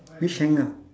which hanger